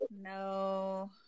no